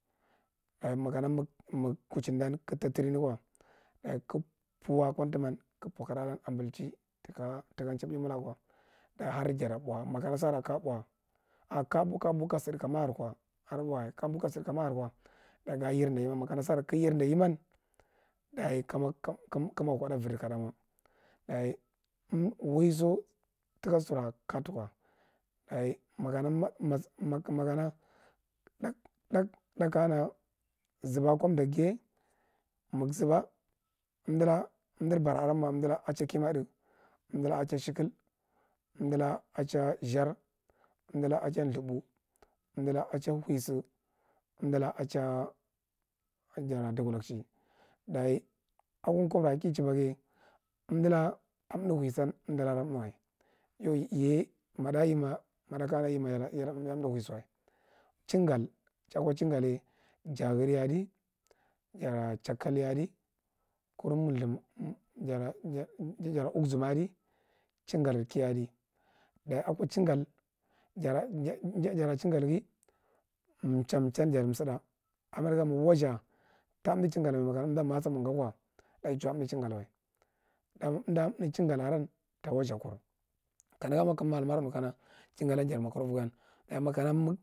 Ɗaye makana kaga kuchindan kaga tarini ko, daye kaga pur ako umtumay kaga pow kra lan anbkhi tika ehaba memilaka ko alaye har jata bow, maana kaja bow, kabuw kabuwo kasidi, kamahir ko daye yeda yiniyan makama sa kaga yerda yiman daye har gakodthi vidi kadamo, daye waiso tika sira kajatuko, daye makana maka mak mak- makano mas thiar thinknkana zuba ako dakghiye mage zuba thah kana umalre bara aren ye umdalka chiye kibathu, undulke chanye shekel, undudako achir zirry undla achair thubaw, umdula chair hushe undda unchair jara dakulashe, daye a ko kumra ki ehiba ghi undulaka a thuhhuyisam undulaka ada thui wa yau yiya ma thub kana yema ya da thuwa dusiwa, chingal jako chigalye, jagre ye adi, jara chikal yedi kar mmth moi j- j- jara uthzum, chingal ki yeadi, daye ako chiga ja j- jara chingal ghi ehim chin jatisuda amegal mawazuh to thub chingal wa makana manjakwo tathih chingal mai umda thuh chingal ta wazab kur, kamegan kamakula are ruka chingal lam jamakruf.